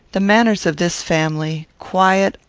the manners of this family, quiet,